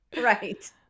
right